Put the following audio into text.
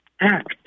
act